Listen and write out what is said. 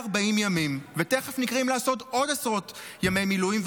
ימים ותכף נקראים לעשות עוד עשרות ימי מילואים,